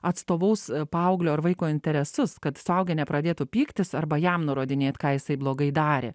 atstovaus paauglio ar vaiko interesus kad suaugę nepradėtų pyktis arba jam nurodinėt ką jisai blogai darė